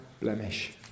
blemish